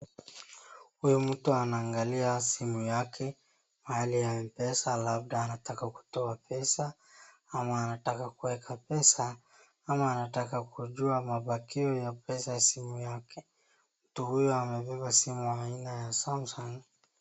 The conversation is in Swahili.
Huyu mtu anaangalia simu yake mahali ya mpesa labda anataka kutoa pesa ama anataka kueka pesa ama anataka kujua mabakio ya pesa ya simu yake. Mtu huyu amebeba simu aina ya samsung.